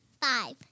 Five